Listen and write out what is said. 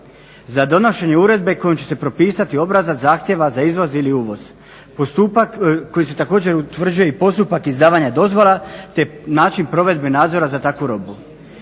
za donošenje uredbe kojom će se propisati obrazac zahtjeva za izvoz ili uvoz, postupak koji se također utvrđuje i postupak izdavanja dozvola te način provedbe nadzora za takvu robu.